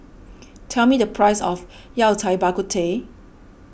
tell me the price of Yao Cai Bak Kut Teh